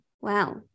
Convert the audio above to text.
Wow